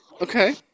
Okay